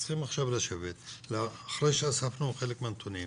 צריכים עכשיו לשבת אחרי שאספנו חלק מהנתונים,